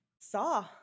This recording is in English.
saw